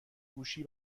گوشی